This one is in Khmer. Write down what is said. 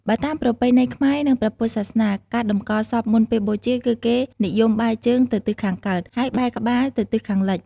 បើតាមប្រពៃណីខ្មែរ និងព្រះពុទ្ធសាសនា ការតម្កល់សពមុនពេលបូជា គឺគេនិយមបែរជើងទៅទិសខាងកើត ហើយបែរក្បាលទៅទិសខាងលិច។